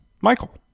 Michael